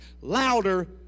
louder